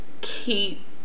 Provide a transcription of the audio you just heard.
keep